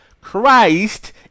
christ